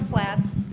flats.